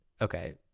okay